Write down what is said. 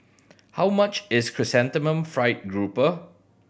how much is Chrysanthemum Fried Grouper